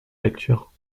lecture